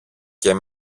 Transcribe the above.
και